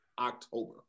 October